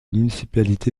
municipalité